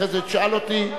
אחרי זה תשאל אותי.